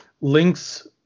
Link's